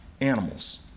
animals